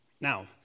Now